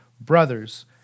Brothers